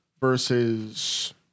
Versus